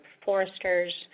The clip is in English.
foresters